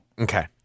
Okay